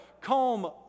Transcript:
calm